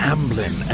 Amblin